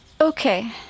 Okay